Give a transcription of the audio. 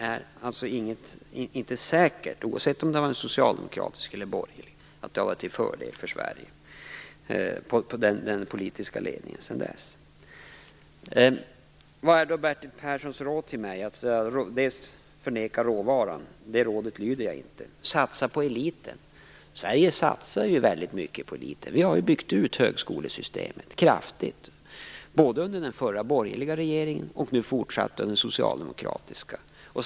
Oavsett om det har varit socialdemokratiska eller borgerliga regeringar har detta säkert inte varit till fördel för Sverige. Vad är då Bertil Perssons råd till mig? Jo, han vill att man skall förneka råvaran. Det rådet lyder jag inte. Sedan vill han att man skall satsa på eliten. Sverige satsar väldigt mycket på eliten. Vi har ju kraftigt byggt ut högskolesystemet, både under den förra borgerliga regeringen och nu under den socialdemokratiska regeringen.